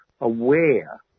aware